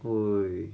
!oi!